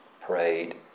prayed